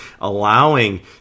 allowing